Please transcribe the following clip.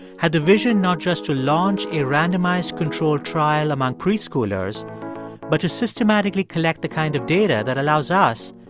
had the vision not just to launch a randomized control trial among preschoolers but to systematically collect the kind of data that allows us,